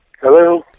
Hello